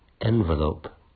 envelope